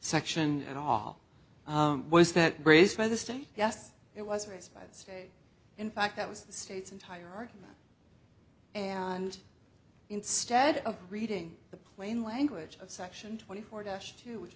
section at all was that raised by the state yes it was raised by the state in fact that was the state's entire argument and instead of reading the plain language of section twenty four dash two which